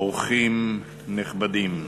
אורחים נכבדים,